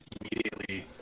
immediately